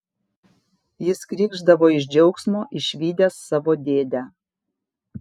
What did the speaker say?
jis krykšdavo iš džiaugsmo išvydęs savo dėdę